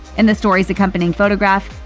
in the story's accompanying photograph,